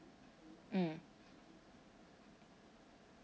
mm